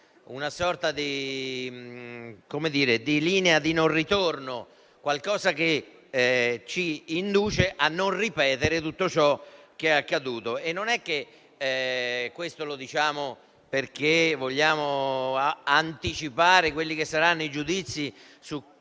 una linea di non ritorno: qualcosa che ci induce a non ripetere tutto ciò che è accaduto. Questo non lo diciamo perché vogliamo anticipare quelli che saranno i giudizi